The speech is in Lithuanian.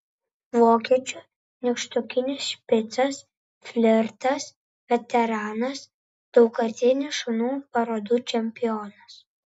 vokiečių nykštukinis špicas flirtas veteranas daugkartinis šunų parodų čempionas